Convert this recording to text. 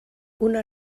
una